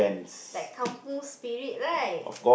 like kampung Spirit right